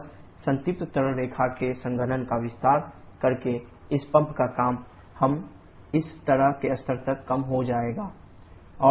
बस संतृप्त तरल रेखा के संघनन का विस्तार करके इस पंप का काम इस तरह के स्तर तक कम हो गया है